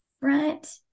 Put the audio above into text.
front